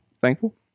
Thankful